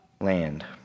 land